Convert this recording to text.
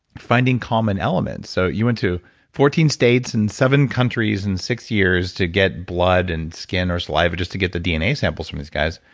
finding common elements so, you went to fourteen states and seven countries in six years to get blood and skin or saliva just to get the dna samples from these guys.